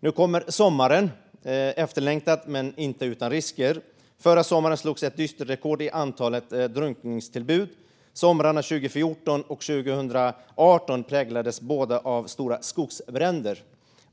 Nu kommer sommaren - efterlängtad men inte utan risker. Förra sommaren slogs rekord i antalet drunkningstillbud. Somrarna 2014 och 2018 präglades båda av stora skogsbränder.